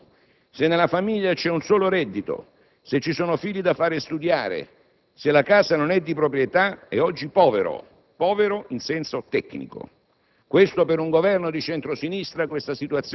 Oggi non è così, e non solo per i precari o per i lavoratori in nero, ma neppure per i cosiddetti garantiti, perché un operaio, un impiegato, un insegnante con 1.000 euro al mese o poco più,